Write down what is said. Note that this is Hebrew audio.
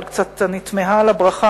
אבל אני קצת תמהה על הברכה